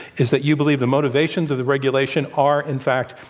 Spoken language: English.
is that you believe the motivations of the regulation are, in fact,